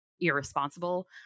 irresponsible